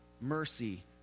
Mercy